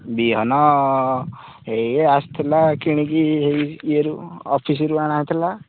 ବିହନ ଏଇ ଆସିଥିଲା କିଣିକି ଇଏରୁ ଅଫିସ୍ରୁ ଅଣାହେଇଥିଲା